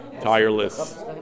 tireless